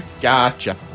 Gotcha